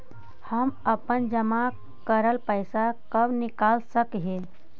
हम अपन जमा करल पैसा कब निकाल सक हिय?